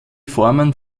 formen